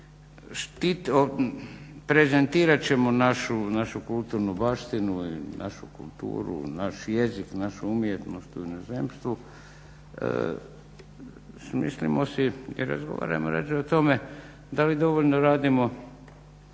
strane prezentirat ćemo našu kulturnu baštinu, našu kulturu, naš jezik, našu umjetnost u inozemstvu smislimo se i razgovarajmo rađe o tome da li dovoljno radimo